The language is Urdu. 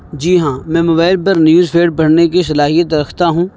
جی ہاں میں موبائل بر نیوز فیڈ پڑھنے کی صلاحیت رکھتا ہوں